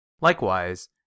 Likewise